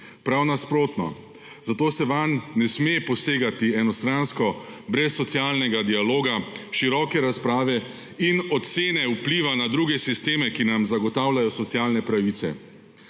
Prav nasprotno, zato se vanj ne sme posegati enostransko, brez socialnega dialoga, široke razprave in ocene vpliva na druge sisteme, ki nam zagotavljajo socialne pravice.